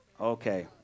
Okay